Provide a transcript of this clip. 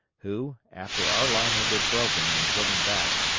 who, after our line had been broken and driven back,